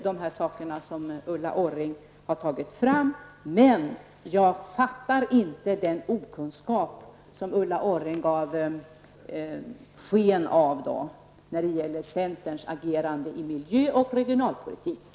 Det som Ulla Orring har tagit upp är viktigt. Men jag kan inte förstå den okunskap som Ulla Orring gav sken av för när det gäller centerns agerande i miljöoch regionalpolitik.